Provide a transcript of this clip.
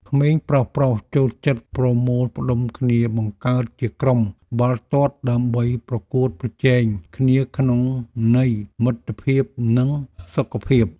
ក្មេងប្រុសៗចូលចិត្តប្រមូលផ្ដុំគ្នាបង្កើតជាក្រុមបាល់ទាត់ដើម្បីប្រកួតប្រជែងគ្នាក្នុងន័យមិត្តភាពនិងសុខភាព។